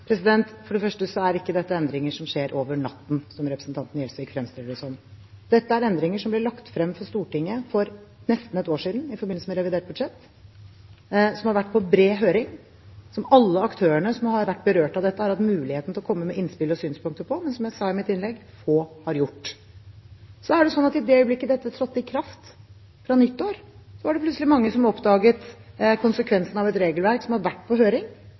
eksempelvis? For det første er ikke dette endringer som skjer «over natten», som representanten Gjelsvik fremstiller det som. Dette er endringer som ble lagt frem for Stortinget for nesten et år siden i forbindelse med revidert budsjett, som har vært på bred høring, og som alle aktørene som har vært berørt av dette, har hatt mulighet til å komme med innspill og synspunkter på, men som få har gjort, som jeg sa i mitt innlegg. Så er det slik at i det øyeblikket dette trådte i kraft, fra nyttår, var det plutselig mange som oppdaget konsekvensene av et regelverk – som har vært på høring,